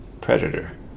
predator